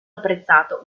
apprezzato